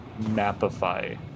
mapify